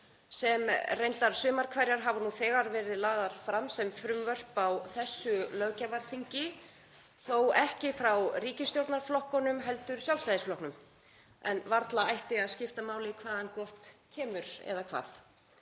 hafa reyndar sumar hverjar nú þegar verið lagðar fram sem frumvörp á þessu löggjafarþingi, þó ekki frá ríkisstjórnarflokkunum heldur Sjálfstæðisflokknum en varla ætti að skipta máli hvaðan gott kemur. Eða hvað?